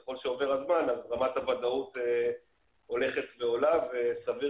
ככל שעובר הזמן רמת הוודאות הולכת ועולה וסביר